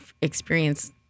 experience